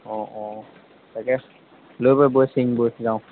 অঁ অঁ তাকে লৈ বৈ বৈ ছিঙ বৈ যাওঁ